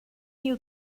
you